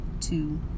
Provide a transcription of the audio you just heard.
two